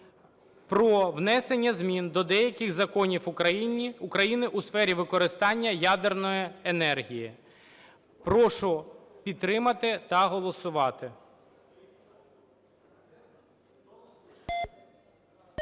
про внесення змін до деяких законів України у сфері використання ядерної енергії. Прошу підтримати та голосувати.